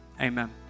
Amen